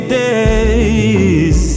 days